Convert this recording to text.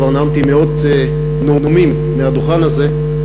כבר נאמתי מאות נאומים מהדוכן הזה,